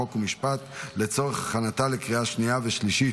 חוק ומשפט לצורך הכנתה לקריאה שנייה ושלישית.